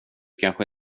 kanske